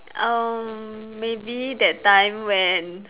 um maybe that time when